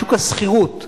משוק השכירות,